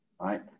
right